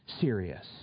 serious